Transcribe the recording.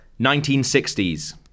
1960s